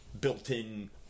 built-in